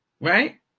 Right